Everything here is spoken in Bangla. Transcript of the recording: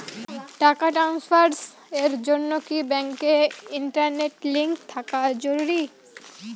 টাকা ট্রানস্ফারস এর জন্য কি ব্যাংকে ইন্টারনেট লিংঙ্ক থাকা জরুরি?